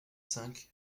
cinq